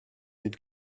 mille